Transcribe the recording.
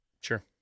Sure